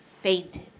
fainted